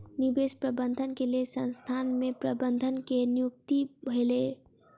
निवेश प्रबंधन के लेल संसथान में प्रबंधक के नियुक्ति भेलै